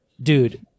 Dude